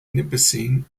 nipissing